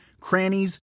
crannies